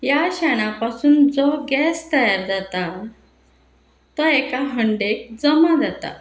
ह्या शेणा पासून जो गॅस तयार जाता तो एका हंडेक जमा जाता